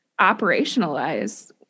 operationalize